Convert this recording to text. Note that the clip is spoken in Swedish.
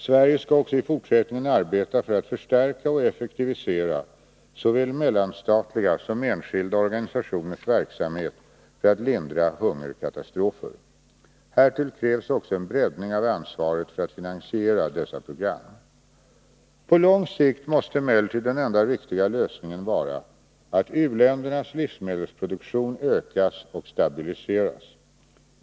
Sverige skall också i fortsättningen arbeta för att förstärka och effektivisera såväl mellanstatliga som enskilda organisationers verksamhet för att lindra hungerkatastrofer. Härtill krävs också en breddning av ansvaret för att finansiera dessa program. På lång sikt måste emellertid den enda riktiga lösningen vara att u-ländernas livsmedelsproduktion ökas och stabiliseras.